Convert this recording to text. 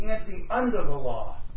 anti-under-the-law